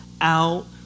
out